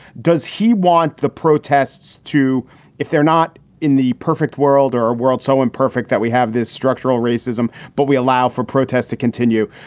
does he want the protests to if they're not in the perfect world or a world so imperfect that we have this structural racism, but we allow for protests to continue?